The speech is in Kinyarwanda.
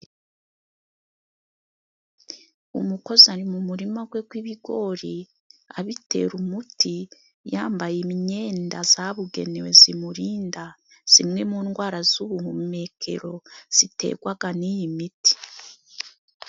Umukozi ari mu murima gwe gw'ibigori abitera umuti. Yambaye imyenda zabugenewe, zimurinda zimwe mu ndwara z'ubuhumekero ziterwaga n'iyi miti.